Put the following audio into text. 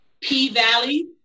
P-Valley